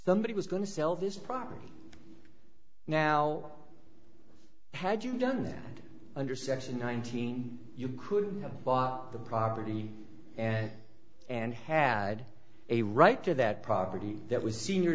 somebody was going to sell this property now had you done that under section nineteen you could have bought the property and and had a right to that property that was senior